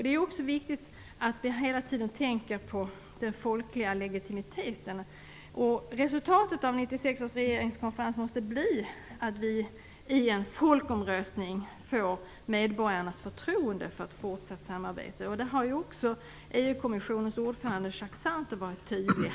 Det är också viktigt att vi hela tiden tänker på den folkliga legitimiteten. Resultatet av 1996 års regeringskonferens måste bli att vi i en folkomröstning får medborgarnas förtroende för fortsatt samarbete. Om detta har också EU kommissionens ordförande Jaques Santer varit tydlig.